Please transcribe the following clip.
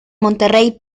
monterrey